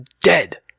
dead